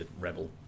rebel